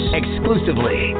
exclusively